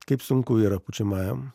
kaip sunku yra pučiamajam